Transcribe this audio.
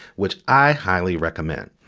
which i highly recommend.